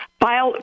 file